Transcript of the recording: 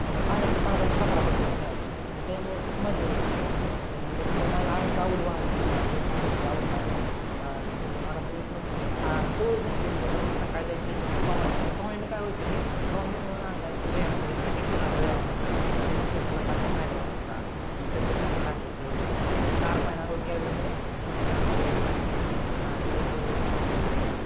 मग पाण्यातले पाण्यात आम्ही पकडा पकडी खेळायचो मग त्यामुळे खूप मजा यायची की मग ज्याच्यामुळे माझ्या आणिक आवड वाढली पोहण्याची आवड माझ्यात शिरले मला ते म्हणजे सवयच होऊन गेली की आता रोज सकाळ जायचे पोहायचे म्हणजे पोहण्याने काय व्हायचं की पोहण्यामुळं अंगात व्यायाम वगैरे सगळ्या शरीराचा व्यायाम व्हायचा त्याच्या शरीराला चांगला फायदा होत होता मग तब्येत चांगली राहत होती वगैरे आणि त्याच्यात गार पाण्याने अंघोळ केल्यामुळं मन शांत वगैरे राहायचं दिवसभर वगैरे मग ते मजे असं ती